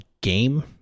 game